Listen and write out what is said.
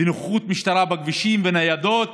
נוכחות משטרה בכבישים וניידות,